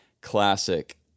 Classic